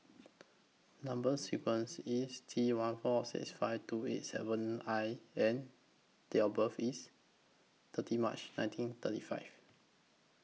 Number sequence IS T one four six five two eight seven I and Date of birth IS thirty March nineteen thirty five